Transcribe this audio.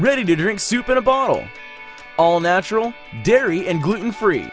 ready to drink super bowl all natural dairy and gluten free